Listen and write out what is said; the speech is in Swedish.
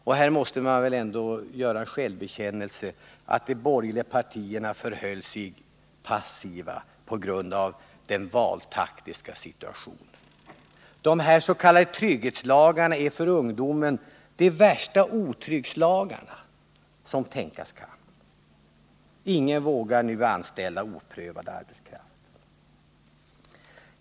Och här måste man väl ändå göra en självbekännelse — de borgerliga partierna förhöll sig alltför passiva av valtaktiska skäl. Dessa s.k. trygghetslagar är för ungdomen de värsta otrygghetslagar som tänkas kan. Ingen vågar nu anställa oprövad arbetskraft.